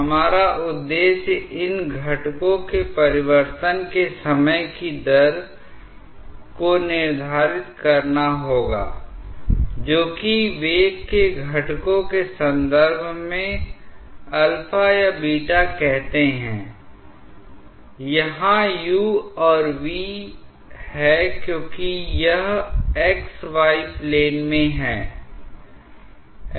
हमारा उद्देश्य इन घटकों के परिवर्तन के समय की दर को निर्धारित करना होगा जो कि वेग के घटकों के संदर्भ में α या β कहते हैं यहाँ u और v है क्योंकि यह x y प्लेन में है